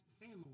family